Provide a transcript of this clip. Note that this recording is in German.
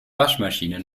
waschmaschine